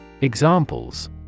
Examples